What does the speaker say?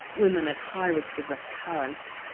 women at high risk of recurrence,